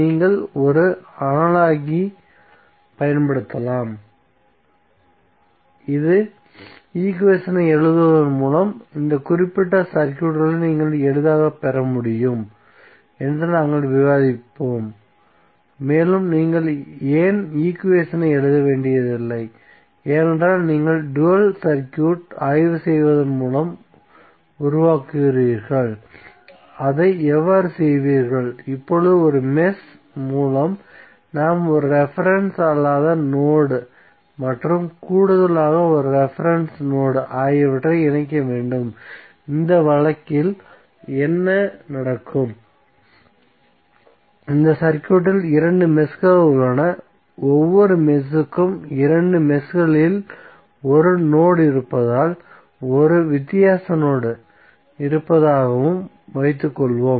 நீங்கள் ஒரு அனாலஜி பயன்படுத்தலாம் இது ஈக்குவேஷனை எழுதுவதன் மூலம் இந்த குறிப்பிட்ட சர்க்யூட்களை நீங்கள் எளிதாகப் பெற முடியும் என்று நாங்கள் விவாதிப்போம் மேலும் நீங்கள் ஏன் ஈக்குவேஷனை எழுத வேண்டியதில்லை ஏனென்றால் நீங்கள் டூயல் சர்க்யூட்டை ஆய்வு செய்வதன் மூலம் உருவாக்குவீர்கள் அதை எவ்வாறு செய்வீர்கள் இப்போது ஒவ்வொரு மெஷ் மூலம் நாம் ஒரு ரெபரென்ஸ் அல்லாத நோட் மற்றும் கூடுதலாக ஒரு ரெபரென்ஸ் நோட் ஆகியவற்றை இணைக்க வேண்டும் இந்த வழக்கில் என்ன நடக்கும் இந்த சர்க்யூட்டில் இரண்டு மெஷ்கள் உள்ளன ஒவ்வொரு மெஷ்க்கும் இரண்டு மெஷ்களிலும் ஒரு நோட் இருப்பதாகவும் ஒரு வித்தியாச நோட் இருப்பதாகவும் வைத்துக் கொள்வோம்